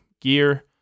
gear